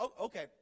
okay